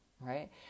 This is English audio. right